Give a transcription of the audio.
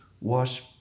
wash